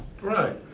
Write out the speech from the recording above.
Right